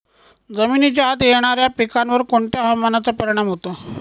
जमिनीच्या आत येणाऱ्या पिकांवर कोणत्या हवामानाचा परिणाम होतो?